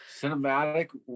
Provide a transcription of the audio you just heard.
cinematic